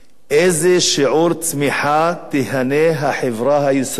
נייר: מאיזה שיעור צמיחה תיהנה החברה הישראלית